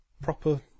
proper